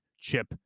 Chip